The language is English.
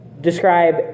describe